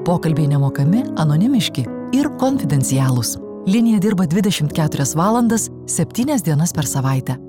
pokalbiai nemokami anonimiški ir konfidencialūs linija dirba dvidešimt keturias valandas septynias dienas per savaitę